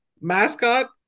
mascot